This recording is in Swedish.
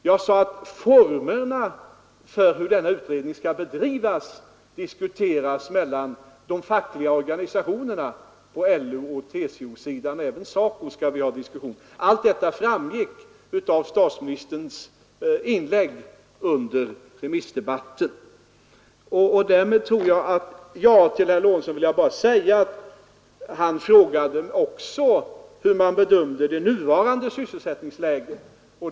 Jag sade att formerna för hur denna utredning skall bedrivas diskuteras mellan de fackliga organisationerna. Med LO och TCO-sidan och även SACO skall vi ha diskussioner. Allt detta framgick av statsministerns inlägg under remissdebatten. Herr Lorentzon frågade också hur jag bedömer sysselsättningsläget.